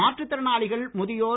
மாற்றுத் திறனாளிகள் முதியோர்